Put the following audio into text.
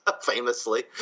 famously